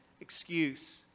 excuse